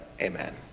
Amen